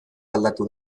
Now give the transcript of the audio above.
aldatu